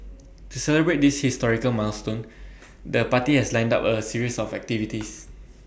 to celebrate this historical milestone the party has lined up A series of activities